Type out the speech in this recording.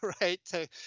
right